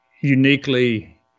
uniquely